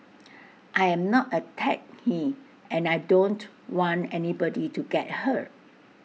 I am not A techie and I don't want anybody to get hurt